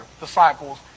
disciples